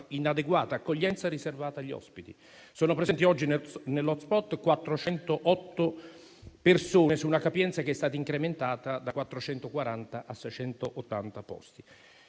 inadeguata accoglienza riservata agli ospiti. Sono presenti oggi nell'*hotspot* 408 persone su una capienza che è stata incrementata da 440 a 680 posti.